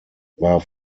war